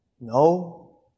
No